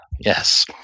Yes